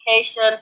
Education